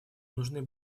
нужны